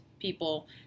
people